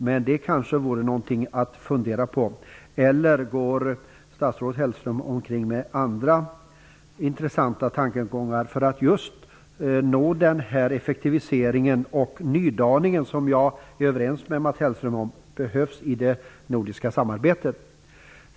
Men det här vore kanske något att fundera på. Eller går statsrådet Hellström omkring med andra intressanta tankegångar just när det gäller att nå den effektivisering och nydaning som jag är överens med Mats Hellström om behövs i det nordiska samarbetet?